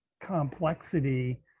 complexity